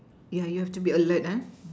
ya you have to be alert